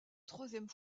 troisième